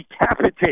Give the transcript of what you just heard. decapitate